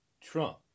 Trump